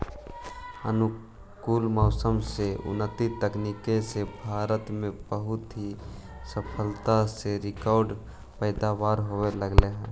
अनुकूल मौसम आउ उन्नत तकनीक से भारत में बहुत ही सफलता से रिकार्ड पैदावार होवे लगले हइ